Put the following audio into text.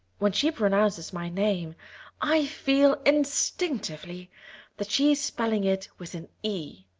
when she pronounces my name i feel instinctively that she's spelling it with an e.